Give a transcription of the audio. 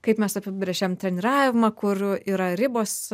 kaip mes apibrėžiam treniravimą kur yra ribos